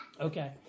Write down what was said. Okay